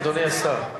אדוני השר,